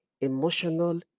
emotional